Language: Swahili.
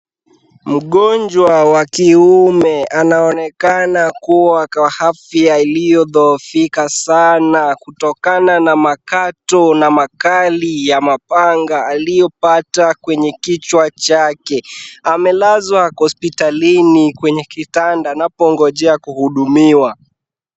Mgonjwa wa kiume anaonekana kuwa kwa afya iliyodhoofika sana, kutokana na makato na makali ya mapanga aliyopata kwenye kichwa chake. Amelazwa kwa hospitalini kwenye kitanda anapongojea kuhudumiwa.